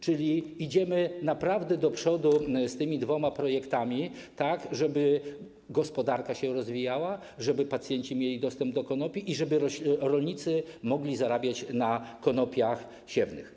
Czyli idziemy naprawdę do przodu z tymi dwoma projektami, tak żeby gospodarka się rozwijała, żeby pacjenci mieli dostęp do konopi i żeby rolnicy mogli zarabiać na konopiach siewnych.